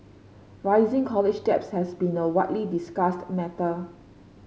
rising college debt has been a widely discussed matter